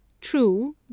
true